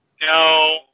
No